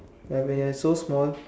but when you're so small